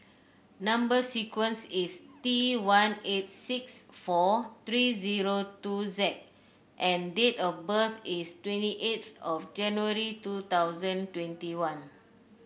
number sequence is T one eight six four three zero two Z and date of birth is twenty eight of January two thousand twenty one